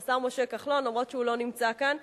אף שהוא לא נמצא כאן.